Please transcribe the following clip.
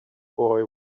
boy